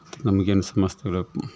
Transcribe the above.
ನಮಗೇನು ಸಮಸ್ಯೆ ಆದಾಗ